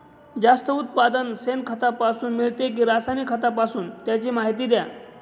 जास्त उत्पादन शेणखतापासून मिळते कि रासायनिक खतापासून? त्याची माहिती द्या